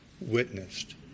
witnessed